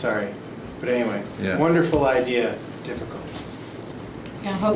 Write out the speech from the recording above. sorry but anyway yeah wonderful idea difficult and how